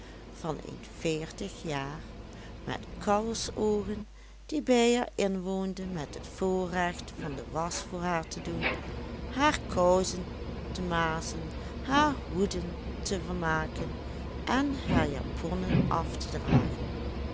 van een veertig jaar met kalfsoogen die bij haar inwoonde met het voorrecht van de wasch voor haar te doen haar kousen te mazen haar hoeden te vermaken en haar japonnen af te dragen